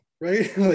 right